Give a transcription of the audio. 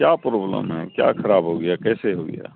کیا پرابلم ہے کیا خراب ہو گیا کیسے ہو گیا